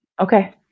Okay